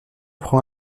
prend